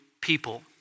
people